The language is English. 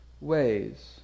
ways